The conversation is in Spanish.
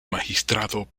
magistrado